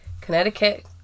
Connecticut